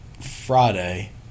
Friday